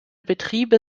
betriebe